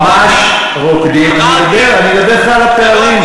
ממש רוקדים, אמרתי, אני מדבר אליך על הפערים.